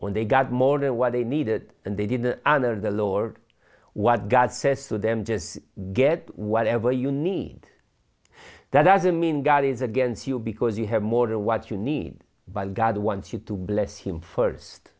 when they got more than what they needed and they didn't honor the lord what god says to them just get whatever you need that doesn't mean god is against you because you have more than what you need by god wants you to bless him first